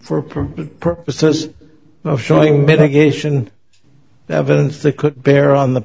for purposes of showing mitigation evidence they could bear on the